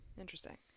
interesting